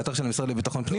באתר של המשרד לביטחון לאומי,